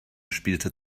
spielte